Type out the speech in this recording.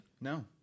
no